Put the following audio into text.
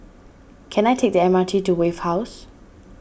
can I take the M R T to Wave House